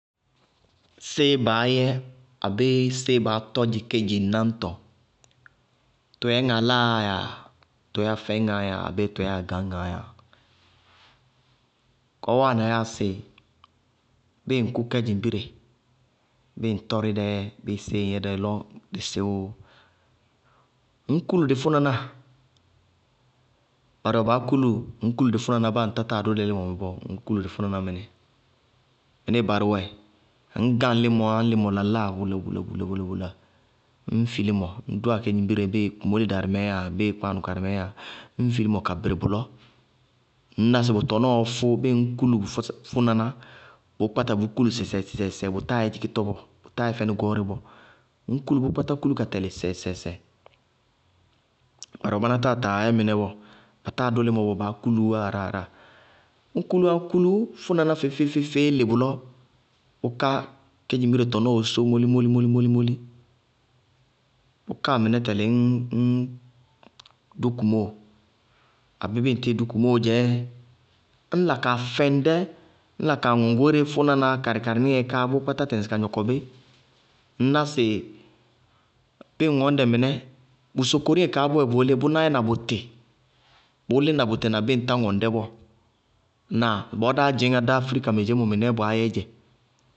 Séé baá yɛ abéé séé baá tɔdzɩ kédzɩŋnáñtɔ, tʋyɛ ŋaláa yáa, tʋyɛ afɛñŋáá yáa abéé agañŋáá yáa, kɔɔ wáana yáa sɩ bíɩ ŋ kʋ kedzimbire, bíɩ ŋ tɔrɩ dɛ, bíɩ séé ŋyɛ dɛ lɔ dɩ sɩwʋʋ, ŋñ kúlu dɩ fʋnaná, barɩ wɛ baá kúlu báa ŋ tátáa dʋ límɔnɛ bɔɔ, ŋñ kúlu dɩ fʋnaná mɩnɛ. Mɩníɩ wɛ, ŋñ gáŋ límɔɔ wá ñŋ bʋ laláa kulakulakula, ññ fi límɔ, ñdʋwá kedzimbire dí kumóle darɩmɛ abéé kpáanʋ karɩ mɛɛ yáa ññ fi límɔ ka bɩrɩ bʋlɔ, ŋñná sɩ bʋ tɔnɔɔɔ fʋ bíɩ ŋñ kúlu bʋ fʋnaná, bʋʋ kpáta bʋʋ kúlu sɩsɛɩsɩsɛɩ, bʋ táa yɛ dzɩkítɔ bɔɔ, bʋ táa yɛ fɛnɩ gɔɔrɛ bɔɔ, ŋñ kúlu bʋʋ kpáta kúlúka tɛlɩ sɩsɛɩsɩsɛɩ. Barɩ wɛ báná táa taa yɛ mɩnɛ bɔɔ, bánáá kuluwá aráa-aráa. Ñ kúlúwá ññ kúlú fʋnaná feé-feé lɩ bʋlɔ, bʋʋ ká kedzimbire tɔnɔɔ woósósó bʋʋ ká kedzimbire tɔnɔɔ mólímólí, bʋkáa mɩnɛ tɛlɩ ññ dʋ kumóo, abéé bíɩ ŋdʋ kumóo tɛlɩídzɛ ññ la kaa fɛŋ dɛ, ññ la kaa ŋɔŋ goóreé fʋnaná karɩ-karɩí káa níŋɛɛ káa bʋʋ kpátá tɛŋsɩ ka gnɔkɔ bí. Ŋñná sɩ bíɩ ŋ ŋɔñ dɛ mɩnɛ bʋ sokoriŋɛ kaá bʋʋyɛ bʋʋlí, bʋnáá yɛna bʋtɩ, bʋʋ lína bʋtɩ na bíɩ ŋtá ŋɔŋ bɔɔ. Ŋnáa? Bɔɔ dá dzɩñŋá dá afrɩka mɛ dzeémɔ, mɩnɛɛ baá yɛɛ dzɛ.